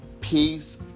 Peace